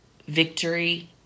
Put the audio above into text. Victory